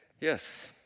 yes